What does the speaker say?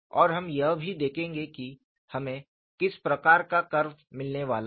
और हम यह भी देखेंगे कि हमें किस प्रकार का कर्व मिलने वाला है